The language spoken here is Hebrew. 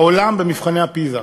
בעולם במבחני פיז"ה.